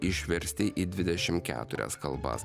išversti į dvidešim keturias kalbas